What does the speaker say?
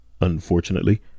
unfortunately